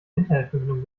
internetverbindung